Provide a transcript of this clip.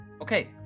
Okay